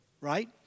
right